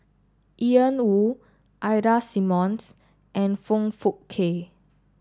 Ian Woo Ida Simmons and Foong Fook Kay